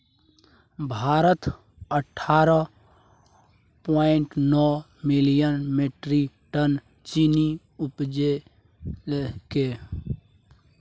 भारत अट्ठाइस पॉइंट नो million metric ton चीन्नी उपजेलकै